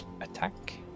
Attack